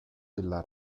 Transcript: della